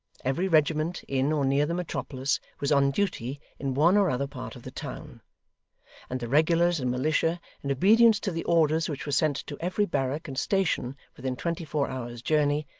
every regiment in or near the metropolis was on duty in one or other part of the town and the regulars and militia, in obedience to the orders which were sent to every barrack and station within twenty-four hours' journey,